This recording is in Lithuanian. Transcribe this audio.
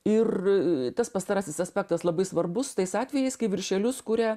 ir a tas pastarasis aspektas labai svarbus tais atvejais kai viršelius kuria